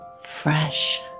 fresh